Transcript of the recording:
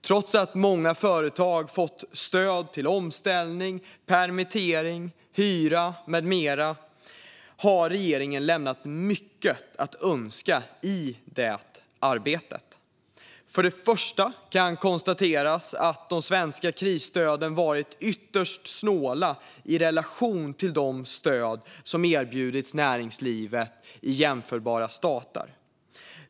Trots att många företag har fått stöd till omställning, permittering, hyra med mera har regeringen lämnat mycket att önska i det arbetet. För det första kan det konstateras att de svenska krisstöden har varit ytterst snåla i relation till de stöd som erbjudits näringslivet i jämförbara stater.